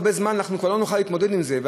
כבר לא נוכל להתמודד עם זה.